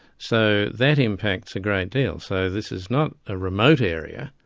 so that impacts a great deal. so this is not a remote area.